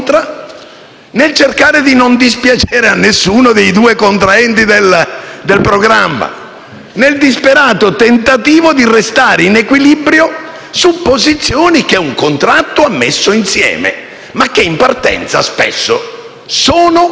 nel cercare di non dispiacere nessuno dei due contraenti del programma, nel disperato tentativo di restare in equilibrio su posizioni che un contratto ha messo insieme ma che in partenza, spesso, sono